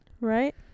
Right